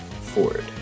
Ford